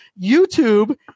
YouTube